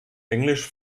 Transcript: english